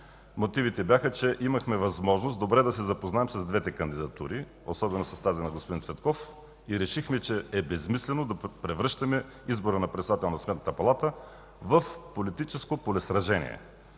Мотивите бяха, че имахме възможност добре да се запознаем с двете кандидатури, особено с тази на господин Цветков, и решихме, че е безсмислено да превръщаме избора на председател на Сметната палата в политическо полесражение.